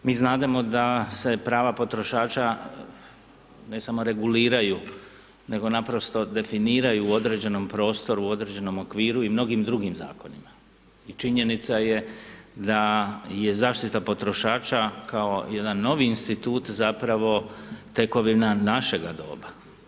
Mi znademo da se prava potrošača ne samo reguliraju, nego naprosto definiraju u određenom prostoru, u određenom okviru i mnogim drugim zakonima i činjenica je da je zaštita potrošača kao jedan novi institut zapravo tekovina našega doba.